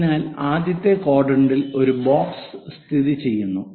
അതിനാൽ ആദ്യത്തെ ക്വാഡ്രന്റിൽ ഒരു ബോക്സ് സ്ഥിതിചെയ്യുന്നു